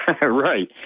right